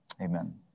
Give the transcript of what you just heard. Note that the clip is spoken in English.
Amen